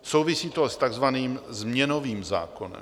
Souvisí to s takzvaným změnovým zákonem.